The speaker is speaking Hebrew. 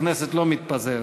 הכנסת לא מתפזרת,